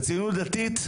לציונות דתית,